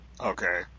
Okay